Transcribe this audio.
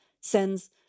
sends